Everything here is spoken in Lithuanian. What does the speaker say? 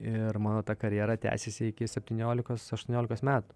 ir mano ta karjera tęsėsi iki septyniolikos aštuoniolikos metų